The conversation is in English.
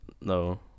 no